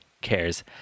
cares